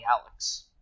Alex